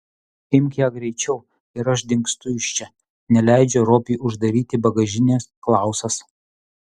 imk ją greičiau ir aš dingstu iš čia neleidžia robiui uždaryti bagažinės klausas